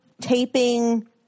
taping